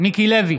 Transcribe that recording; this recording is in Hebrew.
מיקי לוי,